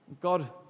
God